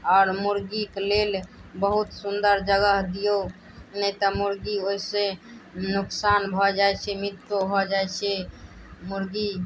आओर मुर्गीक लेल बहुत सुन्दर जगह दियौ नहि तऽ मुर्गी ओहिसे नुकसान भऽ जाइ छै मित्रो भऽ जाइ छै मुर्गी